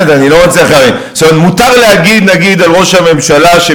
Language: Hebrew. לא רוצים, חבר הכנסת חזן, אנחנו ממשיכים